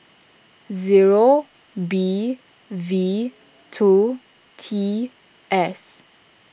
zero B V two T S